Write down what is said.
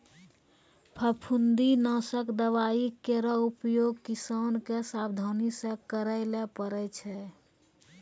फफूंदी नासक दवाई केरो उपयोग किसान क सावधानी सँ करै ल पड़ै छै